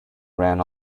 ran